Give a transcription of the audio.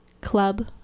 Club